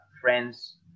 friends